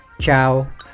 ciao